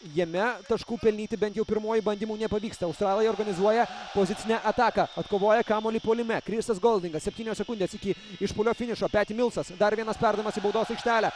jame taškų pelnyti bent jau pirmuoju bandymu nepavyksta australai organizuoja pozicinę ataką atkovoja kamuolį puolime krisas goldingas septynios sekundės iki išpuolio finišo peti milsas dar vienas perdavimas į baudos aikštelę